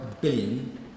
billion